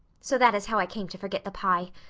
so that is how i came to forget the pie.